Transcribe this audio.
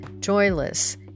joyless